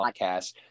podcast